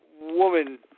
woman